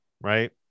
right